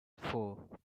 four